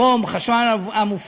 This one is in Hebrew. ברום, חשמל המופק